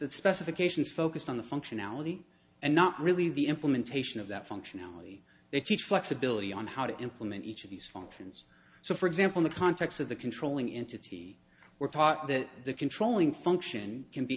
the specifications focused on the functionality and not really the implementation of that functionality they teach flexibility on how to implement each of these functions so for example the context of the controlling into t were taught that the controlling function can be